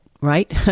right